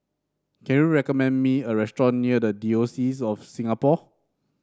can you recommend me a restaurant near the Diocese of Singapore